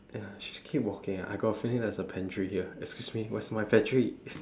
ya she's keep walking I got a feeling there's a pantry here excuse me where's my pantry